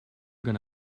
going